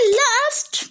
last